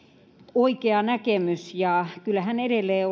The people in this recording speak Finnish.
oikea näkemys ja kyllä hän edelleen